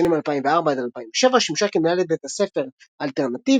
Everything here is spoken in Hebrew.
בשנים 2004—2007 שימשה כמנהלת בית ספר אלטרנטיבי,